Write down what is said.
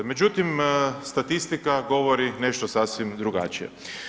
Međutim, statistika govori nešto sasvim drugačije.